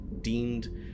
deemed